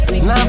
Now